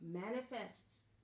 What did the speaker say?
manifests